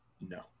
No